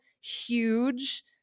huge